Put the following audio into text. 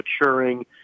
maturing